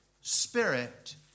spirit